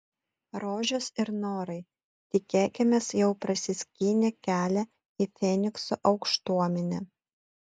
rožės ir norai tikėkimės jau prasiskynė kelią į fenikso aukštuomenę